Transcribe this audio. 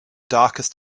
darkest